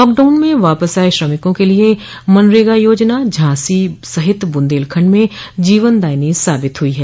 lockdown में वापस आये श्रमिकों के लिये मनरेगा योजना झांसी सहित बुंदेलखंड में जीवनदायिनी साबित हुई है